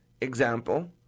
example